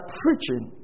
preaching